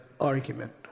argument